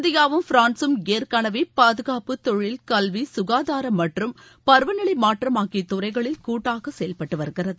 இந்தியாவும் பிரான்கம் ஏற்கனவே பாதுகாப்பு தொழில் கல்வி ககாதாரம் மற்றும் பருவநிலை மாற்றம் ஆகிய துறைகளில் கூட்டாக செயல்பட்டு வருகிறது